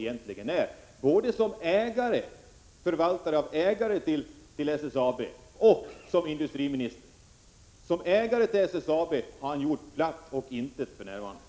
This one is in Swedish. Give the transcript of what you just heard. Men både som ägare till SSAB och som industriminister gör han platt intet för närvarande.